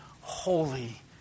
holy